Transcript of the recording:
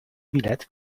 bilet